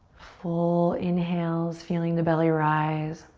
full inhales, feeling the belly rise.